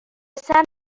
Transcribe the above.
سمت